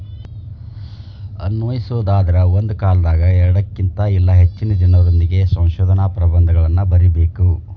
ಅನ್ವಯಿಸೊದಾದ್ರ ಒಂದ ಕಾಲದಾಗ ಎರಡಕ್ಕಿನ್ತ ಇಲ್ಲಾ ಹೆಚ್ಚಿನ ಜನರೊಂದಿಗೆ ಸಂಶೋಧನಾ ಪ್ರಬಂಧಗಳನ್ನ ಬರಿಬೇಕ್